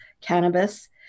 cannabis